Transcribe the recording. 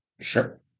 Sure